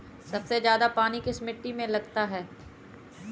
सबसे ज्यादा पानी किस मिट्टी में लगता है?